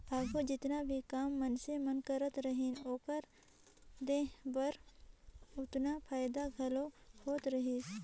आघु जेतना भी काम मइनसे मन करत रहिन, ओकर देह बर ओतने फएदा घलो होत रहिस